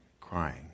crying